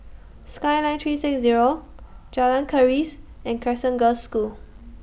Skyline three six Zero Jalan Keris and Crescent Girls' School